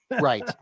Right